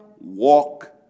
walk